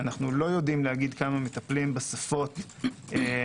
אנו לא יודעים לומר כמה מטפלים בשפות הסינית,